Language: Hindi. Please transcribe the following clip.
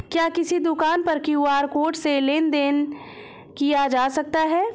क्या किसी दुकान पर क्यू.आर कोड से लेन देन देन किया जा सकता है?